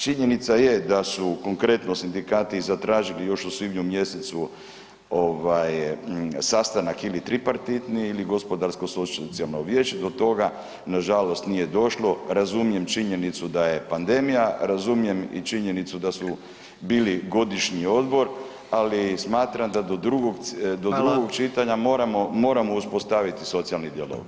Činjenica je da su konkretno sindikati zatražili još u svibnju mjesecu ovaj sastanak ili tripartitni ili gospodarsko socijalno vijeće, do toga nažalost nije došlo, razumijem činjenicu da je pandemija, razumijem i činjenicu da su bili godišnji odbor, ali i smatram da do drugog [[Upadica: Hvala]] do drugog čitanja moramo, moramo uspostaviti socijalni dijalog.